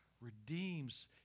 redeems